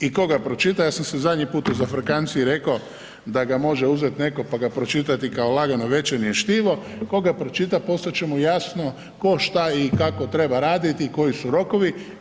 I tko ga pročita, ja sam se zadnji put u zafrkanciji rekao da ga može uzeti netko pa ga pročitati kao lagano večernje štivo, tko ga pročita postati će mu jasno tko, šta i kako treba raditi i koji su rokovi.